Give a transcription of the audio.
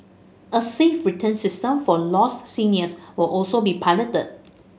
a safe return system for lost seniors will also be piloted